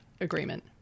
agreement